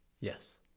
Yes